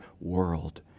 world